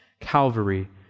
Calvary